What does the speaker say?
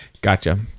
gotcha